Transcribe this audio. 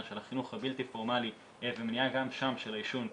של החינוך הבלתי פורמלי ומניעה גם שם של העישון,